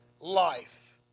life